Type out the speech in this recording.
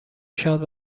شاد